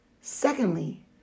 Secondly